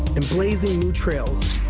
and blazing new trails.